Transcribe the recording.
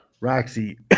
Roxy